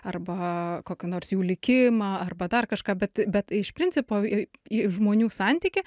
arba kokį nors jų likimą arba dar kažką bet bet iš principo į žmonių santykį